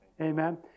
Amen